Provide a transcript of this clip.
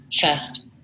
first